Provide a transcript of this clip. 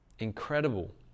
Incredible